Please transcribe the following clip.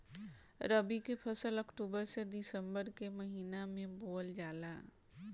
रबी के फसल अक्टूबर से दिसंबर के महिना में बोअल जाला